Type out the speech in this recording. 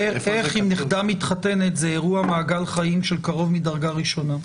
איך אם נכדה מתחתנת זה אירוע מעגל חיים של קרוב מדרגה ראשונה?